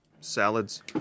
salads